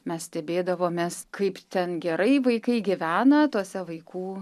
mes stebėdavomės kaip ten gerai vaikai gyvena tuose vaikų